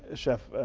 ah chef,